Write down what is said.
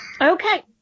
Okay